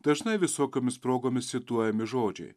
dažnai visokiomis progomis cituojami žodžiai